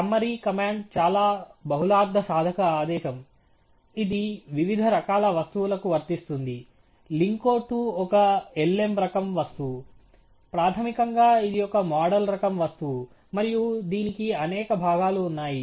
summary command చాలా బహుళార్ధసాధక ఆదేశం ఇది వివిధ రకాల వస్తువులకు వర్తిస్తుంది linCO2 ఒక lm రకం వస్తువు ప్రాథమికంగా ఇది ఒక మోడల్ రకం వస్తువు మరియు దీనికి అనేక భాగాలు ఉన్నాయి